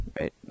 right